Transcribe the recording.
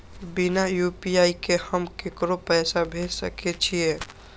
बिना यू.पी.आई के हम ककरो पैसा भेज सके छिए?